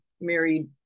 married